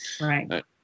right